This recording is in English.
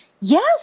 Yes